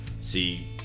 see